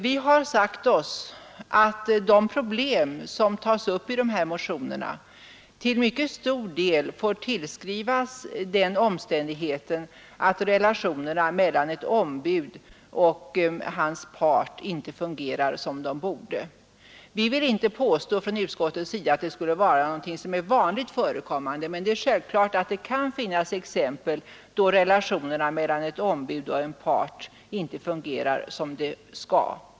Vi har sagt oss att det problem som tas upp i motionerna till mycket stor del får tillskrivas den omständigheten att relationerna mellan ett ombud och hans part kanske inte är vad de borde vara. Vi vill från utskottets sida inte påstå att detta skulle vara vanligt förekommande, men självklart är att det kan finnas fall där kommunikationerna mellan ett ombud och en part inte fungerar som de skall.